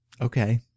Okay